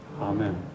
Amen